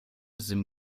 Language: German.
sim